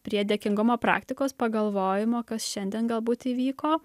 prie dėkingumo praktikos pagalvojimo kas šiandien galbūt įvyko